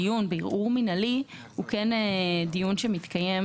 דיון בערעור מינהלי הוא דיון שמתקיים